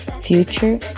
future